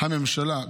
הממשלה,